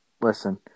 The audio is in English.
Listen